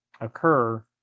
occur